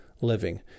living